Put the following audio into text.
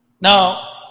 Now